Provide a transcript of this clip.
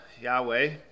Yahweh